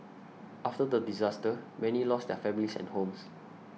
after the disaster many lost their families and homes